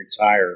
retire